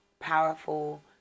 powerful